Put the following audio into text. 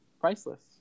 priceless